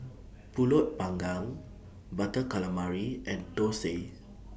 Pulut Panggang Butter Calamari and Thosai